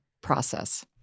process